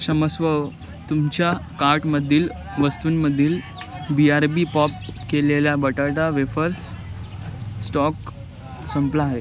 क्षमस्व तुमच्या कार्टमधील वस्तूंमधील बी आर बी पॉप केलेल्या बटाटा वेफर्स स्टॉक संपला आहे